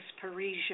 Parisian